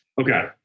Okay